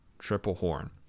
Triplehorn